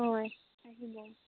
হয় আহিব